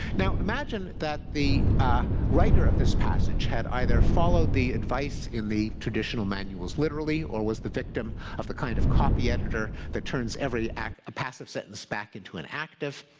now imagine that the ah writer of this passage had either followed the advice in the traditional manuals literally or was the victim of the kind of copyeditor that turns every passive sentence back into an active,